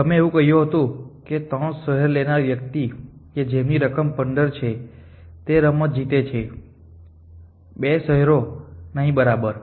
તમે એવું કહ્યું હતું કે 3 શહેરો લેનારા વ્યક્તિ કે જેમની રકમ 15 છે તે રમત જીતે છે 2 શહેરો નહીં બરાબર